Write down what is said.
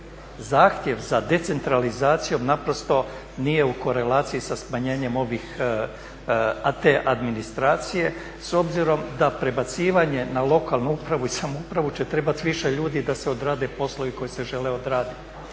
Zahtjev za decentralizacijom naprosto nije u korelaciji sa smanjenjem ovih, te administracije s obzirom da prebacivanje na lokalnu upravu i samoupravu će trebati više ljudi da se odrade poslovi koji se žele odraditi.